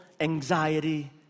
anxiety